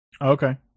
Okay